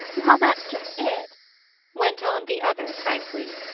well, that's just it went on the other frankly.